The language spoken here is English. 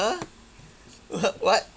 !huh! what